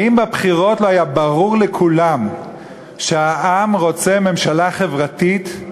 האם בבחירות לא היה ברור לכולם שהעם רוצה ממשלה חברתית?